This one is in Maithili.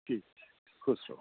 ठीक छै खुश रहू